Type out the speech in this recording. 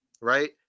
right